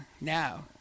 now